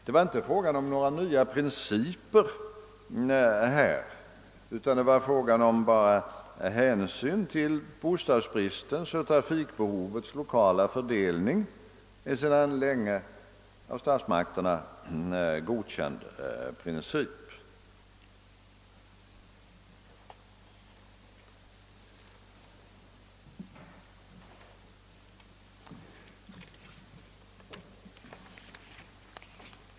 Det var inte fråga om några nya principer utan det gällde att ta hänsyn till bostadsbristens och trafikbehovets lokala fördelning — en sedan länge av statsmakterna godkänd princip.